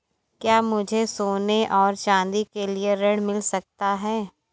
क्या मुझे सोने और चाँदी के लिए ऋण मिल सकता है?